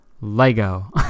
Lego